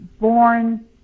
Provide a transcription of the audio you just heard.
born